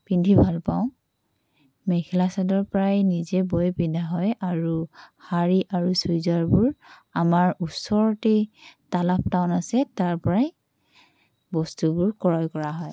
পিন্ধি ভাল পাওঁ মেখেলা চাদৰ প্ৰায় নিজে বৈ পিন্ধা হয় আৰু শাড়ী আৰু চুৰিদাৰবোৰ আমাৰ ওচৰতেই তালাপ টাউন আছে তাৰ পৰাই বস্তুবোৰ ক্ৰয় কৰা হয়